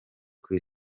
kuri